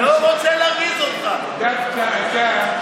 דווקא אתה,